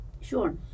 Sure